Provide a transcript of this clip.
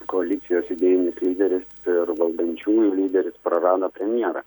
koalicijos idėjinis lyderis ir valdančiųjų lyderis prarado premjerą